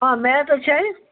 آ میٹ حظ چھ اَسہِ